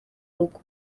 rugo